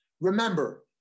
Remember